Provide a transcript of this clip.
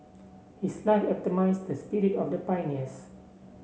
his life epitomised the spirit of the pioneers